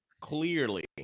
clearly